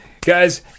Guys